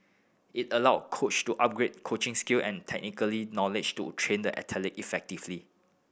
it allow coach to upgrade coaching skill and technical knowledge to train the athlete effectively